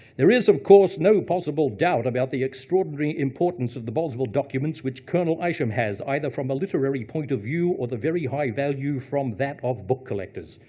there is, of course, no possible doubt about the extraordinary importance of the boswell documents which colonel isham has, either from a literary point of view, or the very high value from that of book collectors.